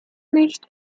nicht